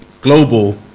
global